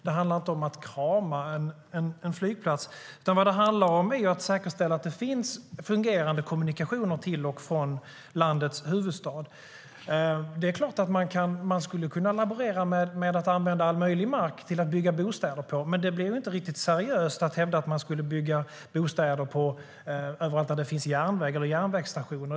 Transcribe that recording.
Det handlar inte om att krama en flygplats, utan vad det handlar om är att säkerställa att det finns fungerande kommunikationer till och från landets huvudstad. Det är klart att man skulle kunna laborera med att använda all möjlig mark till att bygga bostäder på, men det blir inte riktigt seriöst att hävda att man skulle bygga bostäder överallt där det finns järnvägar och järnvägsstationer.